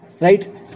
Right